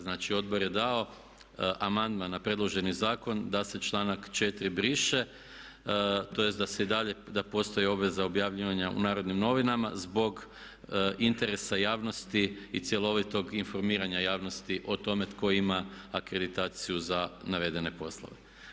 Znači odbor je dao amandman na predloženi zakon da se članak 4. briše tj. da se i dalje, da postoji obveza objavljivanja u Narodnim novinama zbog interesa javnosti i cjelovitog informiranja javnosti o tome tko ima akreditaciju za navedene poslove.